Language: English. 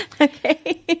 Okay